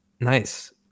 Nice